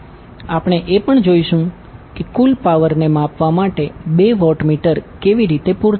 આપણે એ પણ જોઈશું કે કુલ પાવરને માપવા માટે બે વોટમીટર કેવી રીતે પુરતા છે